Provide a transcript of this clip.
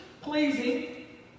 pleasing